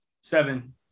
Seven